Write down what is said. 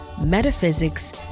metaphysics